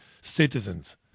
citizens